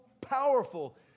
powerful